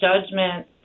judgment